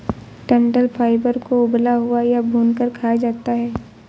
डंठल फाइबर को उबला हुआ या भूनकर खाया जाता है